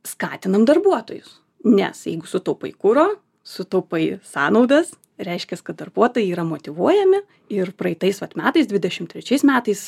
skatinam darbuotojus nes jeigu sutaupai kuro sutaupai sąnaudas reiškias kad darbuotojai yra motyvuojami ir praeitais metais dvidešim trečiais metais